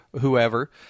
whoever